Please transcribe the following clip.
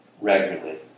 regularly